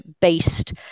based